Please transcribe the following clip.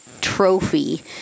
trophy